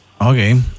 Okay